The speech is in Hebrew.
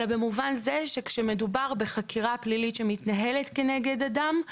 אלא במובן זה שכשמדובר בחקירה פלילית שמתנהלת נגד אדם,